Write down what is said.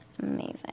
Amazing